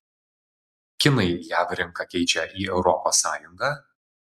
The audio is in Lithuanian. kinai jav rinką keičia į europos sąjungą